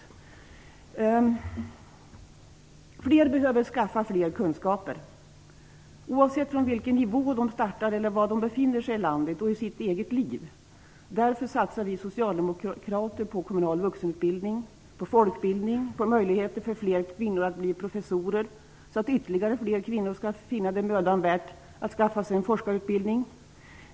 Fler behöver skaffa mer kunskaper, oavsett vilken nivå de startar från eller var de befinner sig i landet och i sina egna liv. Därför satsar vi socialdemokrater på kommunal vuxenutbildning, på folkbildning och på möjligheter för fler kvinnor att bli professorer så att ytterligare fler kvinnor skall finna det mödan värt att skaffa sig en forskarutbildning.